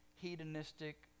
hedonistic